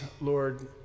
Lord